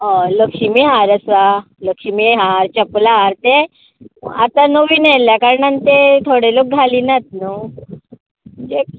हय लक्ष्मी हार आसा लक्ष्मी हार चपलां हार ते आता नवीन येयल्ल्या कारणान ते थोडे लोक घालिनात नू